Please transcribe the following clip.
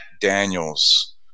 Daniels